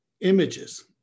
images